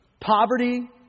poverty